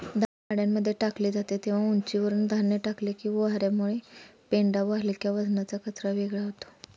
धान्य गाड्यांमध्ये टाकले जाते तेव्हा उंचीवरुन धान्य टाकले की वार्यामुळे पेंढा व हलक्या वजनाचा कचरा वेगळा होतो